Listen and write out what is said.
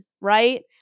right